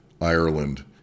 Ireland